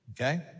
Okay